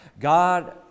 God